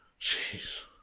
Jeez